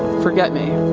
forget me.